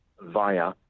via